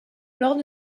lors